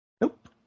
nope